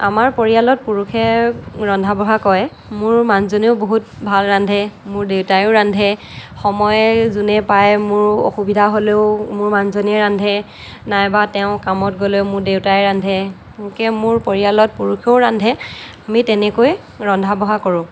আমাৰ পৰিয়ালত পুৰুষে ৰন্ধা বঢ়া কৰে মোৰ মানুহজনেও বহুত ভাল ৰান্ধে মোৰ দেউতাও ৰান্ধে সময় যোনে পাই মোৰ অসুবিধা হ'লেও মোৰ মানুহজনে ৰান্ধে নাইবা তেওঁ কামত গ'লে মোৰ দেউতাই ৰান্ধে এনেকৈ মোৰ পৰিয়ালত পুৰুষেও ৰান্ধে আমি তেনেকৈ ৰন্ধা বঢ়া কৰোঁ